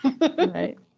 Right